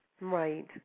Right